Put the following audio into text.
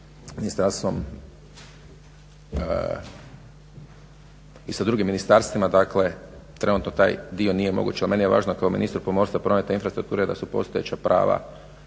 i sa drugim ministarstvima, dakle trenutno taj dio nije moguće. Ali meni je važno kao ministru pomorstva, prometa i infrastrukture da su postojeća prava